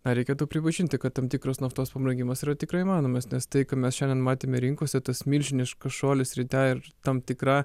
ar reikėtų pripažinti kad tam tikras naftos pabrangimas yra tikrai įmanomas nes tai ką mes šiandien matėme rinkose tas milžiniškas šuolis ryte ir tam tikra